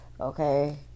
Okay